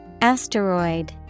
Asteroid